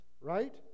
right